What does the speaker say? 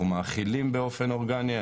אנחנו מאכילים באופן אורגני,